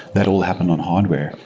that all happened on hardware.